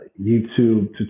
YouTube